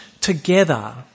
together